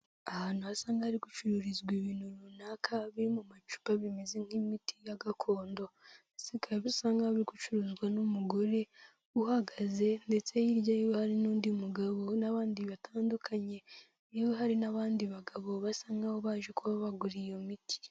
Ahantu hasa nk'ahari gucururizwa ibintu runaka biri mu macupa bimeze nk'imiti ya gakondo. Bisigaye bisa nk'aho biri gucuruzwa n'umugore uhagaze ndetse hirya y'iwe hari n'undi mugabo n'abandi batandukanye, iyo hari n'abandi bagabo basa nkaho baje kuba bagura iyo miti.